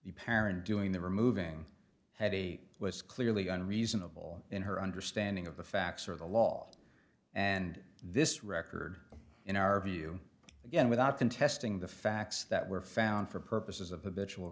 the parent doing the removing had a was clearly and reasonable in her understanding of the facts or the law and this record in our view again without contesting the facts that were found for purposes of the vi